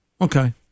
Okay